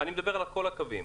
אני מדבר על כל הקווים.